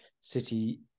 city